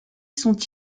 sont